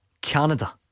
Canada